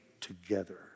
together